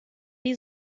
die